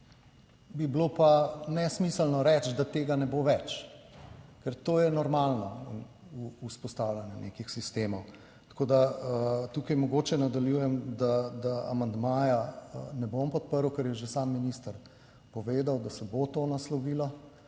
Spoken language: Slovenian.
Bi bilo pa nesmiselno reči, da tega ne bo več, ker to je normalno v vzpostavljanju nekih sistemov. Tako da tukaj mogoče nadaljujem, da amandmaja ne bom podprl, ker je že sam minister povedal, da se bo to naslovilo